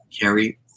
carrie